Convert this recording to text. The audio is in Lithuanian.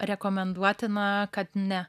rekomenduotina kad ne